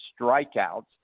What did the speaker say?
strikeouts